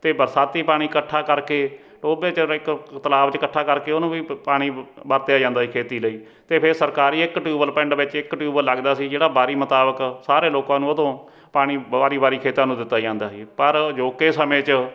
ਅਤੇ ਬਰਸਾਤੀ ਪਾਣੀ ਇਕੱਠਾ ਕਰਕੇ ਟੋਭੇ 'ਚ ਕ ਤਲਾਬ 'ਚ ਇਕੱਠਾ ਕਰਕੇ ਉਹਨੂੰ ਵੀ ਪ ਪਾਣੀ ਵਰਤਿਆ ਜਾਂਦਾ ਸੀ ਖੇਤੀ ਲਈ ਅਤੇ ਫਿਰ ਸਰਕਾਰੀ ਇੱਕ ਟਿਊਬਲ ਪਿੰਡ ਵਿੱਚ ਇੱਕ ਟਿਊਬਲ ਲੱਗਦਾ ਸੀ ਜਿਹੜਾ ਵਾਰੀ ਮੁਤਾਬਕ ਸਾਰੇ ਲੋਕਾਂ ਨੂੰ ਉਹ ਤੋਂ ਪਾਣੀ ਵਾਰੀ ਵਾਰੀ ਖੇਤਾਂ ਨੂੰ ਦਿੱਤਾ ਜਾਂਦਾ ਸੀ ਪਰ ਅਜੋਕੇ ਸਮੇਂ 'ਚ